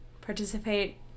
participate